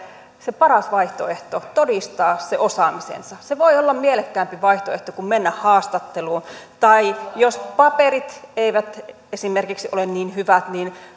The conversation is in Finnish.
se paras vaihtoehto todistaa se osaamisensa se voi olla mielekkäämpi vaihtoehto kuin mennä haastatteluun tai jos paperit eivät esimerkiksi ole niin hyvät niin